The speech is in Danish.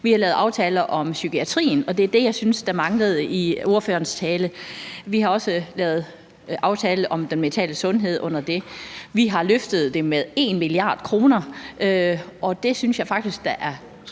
Vi har lavet aftaler om psykiatrien, og det er det, jeg synes manglede i ordførerens tale. Vi har i den forbindelse også lavet en aftale om den mentale sundhed. Vi har løftet området med 1 mia. kr., og det synes jeg da faktisk er ret